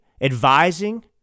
advising